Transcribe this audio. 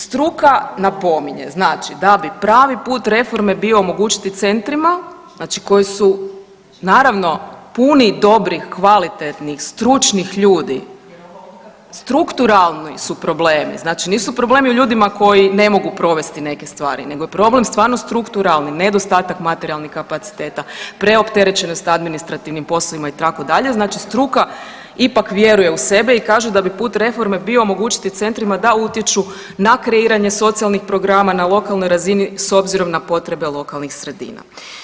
Struka napominje znači da bi pravi put reforme bio omogućiti centrima, znači koji su naravno puni dobrih, kvalitetnih stručnih ljudi, strukturalni su problemi, znači problemi u ljudima koji ne mogu provesti neke stvari, nego je problem stvarno strukturalni, nedostatak materijalnih kapaciteta, preopterećenost administrativnim poslovima itd., znači struka ipak vjeruje u sebe i kažu da bi put reforme bio omogućiti centrima da utječu na kreiranje socijalnih programa na lokalnoj razini s obzirom na potrebe lokalnih sredina.